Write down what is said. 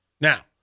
Now